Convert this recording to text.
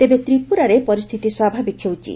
ତେବେ ତ୍ରିପୁରରେ ପରିସ୍ଥିତି ସ୍ୱାଭାବିକ ହେଉଛି